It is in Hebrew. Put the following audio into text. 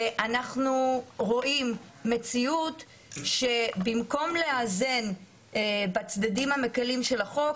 אנחנו רואים מציאות שבמקום לאזן בצדדים המקלים של החוק,